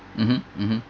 mmhmm mmhmm